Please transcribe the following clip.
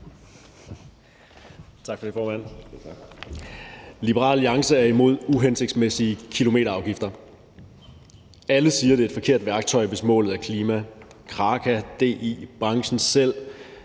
Tak for det, formand. Liberal Alliance er imod uhensigtsmæssige kilometerafgifter. Alle siger, det er et forkert værktøj, hvis målet er klimarelateret. Kraka, DI, branchen selv